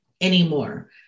anymore